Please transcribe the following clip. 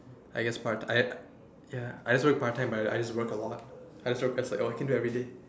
I guess part ah ya I just work part time but I just work a lot I would just like oh I can do every day